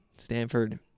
Stanford